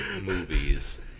movies